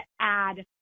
add